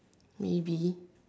maybe